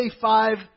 five